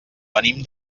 venim